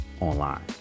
online